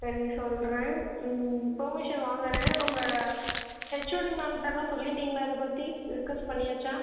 சரி சொல்லுறேன் ம் பர்மிஷன் வாங்கறேன் உங்கள் ஹெச்ஓடி மேம்ட்டலாம் சொல்லிட்டீங்களா இதை பற்றி டிஸ்கஸ் பண்ணியாச்சா